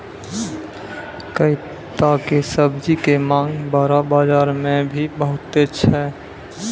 कैता के सब्जी के मांग बड़ो बाजार मॅ भी बहुत छै